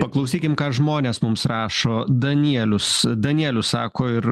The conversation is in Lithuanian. paklausykim ką žmonės mums rašo danielius danielius sako ir